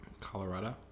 Colorado